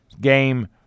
game